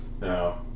No